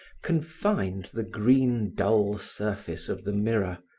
confined the green dull surface of the mirror,